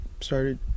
started